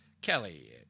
Kelly